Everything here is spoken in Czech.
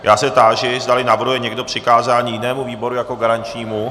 Já se táži, zdali navrhuje někdo přikázání jinému výboru jako garančnímu.